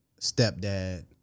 stepdad